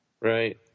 Right